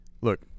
look